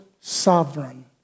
sovereign